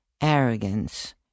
arrogance